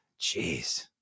Jeez